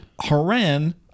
Haran